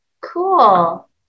cool